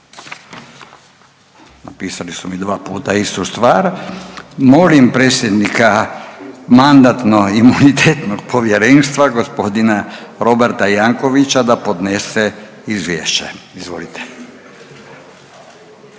Upisali smo mi dva puta istu stvar. Molim predsjednika Mandatno-imunitetnog povjerenstva gospodina Roberta Jankovića da podnese izvješće. Izvolite.